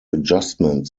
adjustment